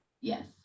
Yes